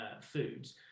foods